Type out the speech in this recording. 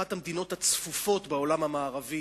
אחת המדינות הצפופות בעולם המערבי,